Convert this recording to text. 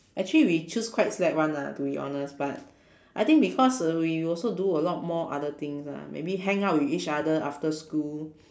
actually we choose quite slack [one] ah to be honest but I think because uh we also do a lot more other things ah maybe hang out with each other after school